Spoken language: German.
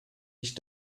ich